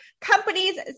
companies